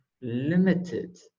limited